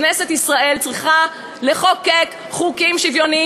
כנסת ישראל צריכה לחוקק חוקים שוויוניים,